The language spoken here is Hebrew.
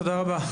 תודה רבה.